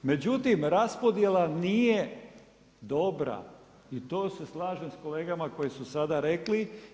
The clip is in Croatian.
Međutim, raspodjela nije dobra i to se slažem s kolegama koji su sada rekli.